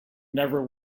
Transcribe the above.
never